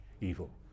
evil